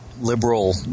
liberal